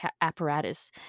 apparatus